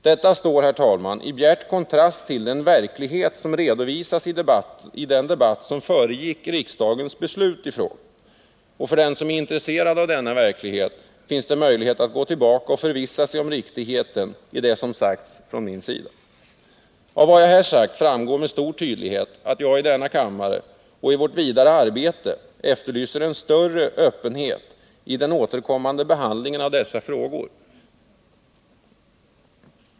Detta står i bjärt kontrast till den verklighet som redovisades i debatten som föregick riksdagens beslut i frågan, och för den som är intresserad av denna verklighet finns det möjlighet att gå tillbaka och förvissa sig om riktigheten i det som sagts från min sida. Av vad jag här sagt framgår med stor tydlighet att jag i denna kammare och i vårt vidare arbete efterlyser en större öppenhet i samband med den fortsatta behandlingen av dessa frågor.